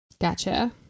Gotcha